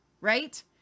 Right